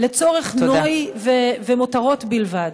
לצורך נוראי ולמותרות בלבד.